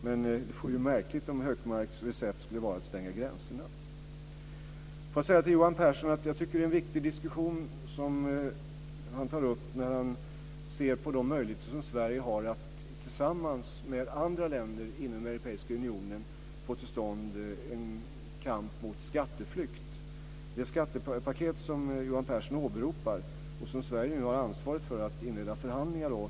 Det vore ju märkligt om Hökmarks recept skulle vara att stänga gränserna. Till Johan Pehrson vill jag säga att jag tycker att det är en viktig diskussion som han tar upp när han ser på de möjligheter som Sverige har att tillsammans med andra länder inom Europeiska unionen få till stånd en kamp mot skatteflykt. Johan Pehrson åberopar det skattepaket som Sverige nu har ansvaret för att inleda förhandlingar om.